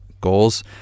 goals